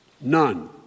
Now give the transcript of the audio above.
None